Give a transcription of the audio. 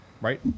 right